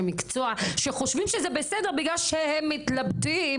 מקצוע שחושבים שזה בסדר בגלל שהם מתלבטים.